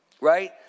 right